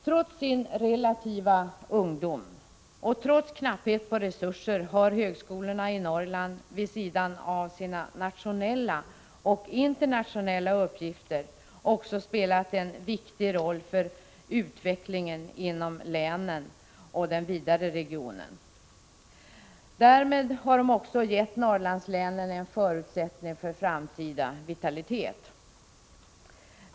Trots sin relativa ungdom och trots knapphet på resurser har högskolorna i Norrland vid sidan av sina nationella och internationella uppgifter också spelat en viktig roll för utvecklingen inom länen och den vidare regionen. Därmed har de också gett Norrlandslänen en förutsättning för framtida vitalitet.